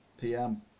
PM